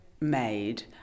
made